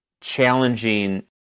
challenging